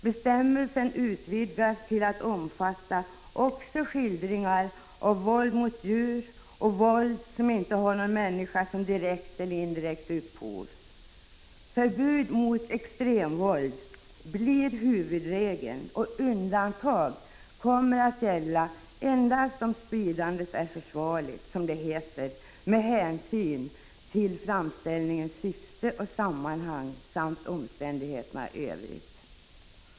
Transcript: Bestämmelsen utvidgas till att omfatta också skildringar av våld mot djur och våld som inte har någon människa som direkt eller indirekt upphov. Förbud mot extremvåld blir huvudregeln, och undantag kommer att gälla endast om spridandet är försvarligt — som det heter — med hänsyn till framställningens syfte och sammanhang samt omständigheterna i övrigt.